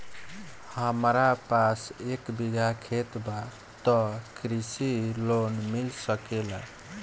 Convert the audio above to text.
हमरा पास एक बिगहा खेत बा त कृषि लोन मिल सकेला?